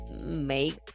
make